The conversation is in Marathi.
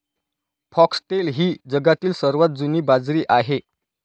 फॉक्सटेल ही जगातील सर्वात जुनी बाजरी आहे